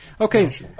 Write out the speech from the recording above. Okay